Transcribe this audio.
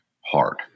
hard